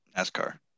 NASCAR